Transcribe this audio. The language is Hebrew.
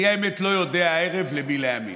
האמת היא שאני לא יודע הערב למי להאמין.